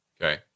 Okay